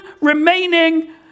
remaining